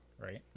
right